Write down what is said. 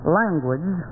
language